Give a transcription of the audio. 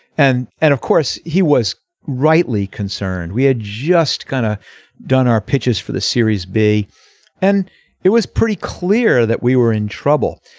and. and of course he was rightly concerned we had just kind of done our pitches for the series b and it was pretty clear that we were in trouble.